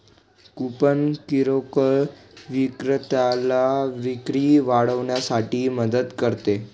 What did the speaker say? coupon किरकोळ विक्रेत्याला विक्री वाढवण्यासाठी मदत करते